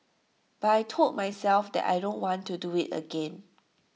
but I Told myself that I don't want to do IT again